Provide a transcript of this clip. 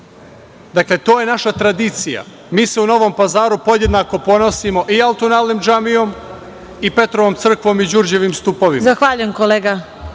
Dakle, to je naša tradicija. Mi se u Novom Pazaru podjednako ponosimo i Altun-alem džamijom i Petrovom crkvom i Đurđevim Stupovima.